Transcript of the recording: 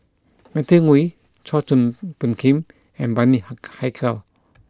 Matthew Ngui Chua Phung Kim and Bani Hak Haykal